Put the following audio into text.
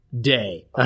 day